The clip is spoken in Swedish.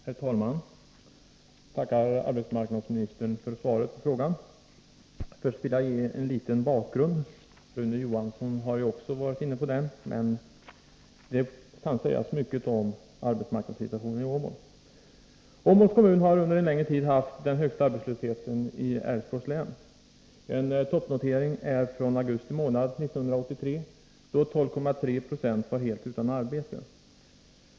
Herr talman! Jag tackar arbetsmarknadsministern för svaret på frågan. Först vill jag ge en liten bakgrund. Rune Johansson har varit inne på detta, men det kan sägas mycket om arbetsmarknadssituationen i Åmål. Åmåls kommun har under en längre tid haft den högsta arbetslösheten i Älvsborgs län. En toppnotering är från augusti månad 1983, då 12,3 90 var helt utan arbete.